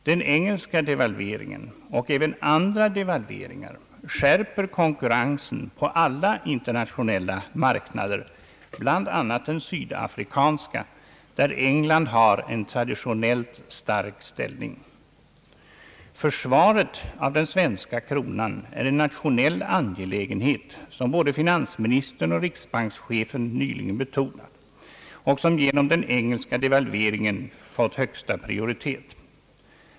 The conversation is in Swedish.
Den engelska devalveringen och även andra devalveringar skärper konkurrensen på alla internationella marknader, bl.a. den sydafrikanska, där England har en traditionellt stark ställning. Försvaret av den svenska kronan är en nationell angelägenhet, som både finansministern och riksbankschefen nyligen betonat och som genom den engelska devalveringen fått högsta prioritet.